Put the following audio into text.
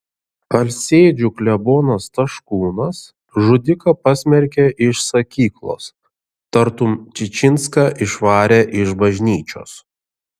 alsėdžių klebonas taškūnas žudiką pasmerkė iš sakyklos tartum čičinską išvarė iš bažnyčios